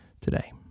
today